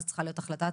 זאת צריכה להיות החלטת